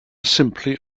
simply